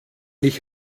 ich